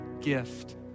gift